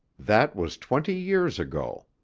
that was twenty years ago.